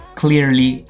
clearly